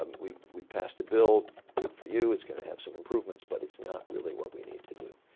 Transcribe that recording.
um we we passed a bill. good for you. it's going to have some improvements. but it's not really what we need to do.